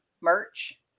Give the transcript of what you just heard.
merch